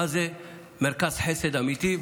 מהו מרכז חסד אמיתי.